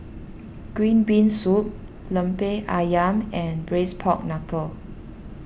Green Bean Soup Lemper Ayam and Braised Pork Knuckle